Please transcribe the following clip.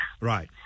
Right